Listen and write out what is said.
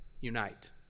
Unite